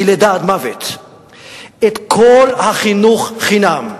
מלידה עד מוות את כל החינוך חינם,